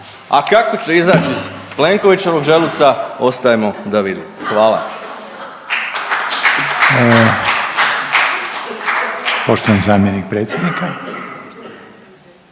a kako će izaći iz Plenkovićevog želuca ostajemo da vidimo. Hvala.